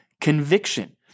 conviction